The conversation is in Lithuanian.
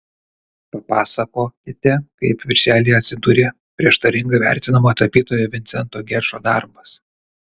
papasakokite kaip viršelyje atsidūrė prieštaringai vertinamo tapytojo vincento gečo darbas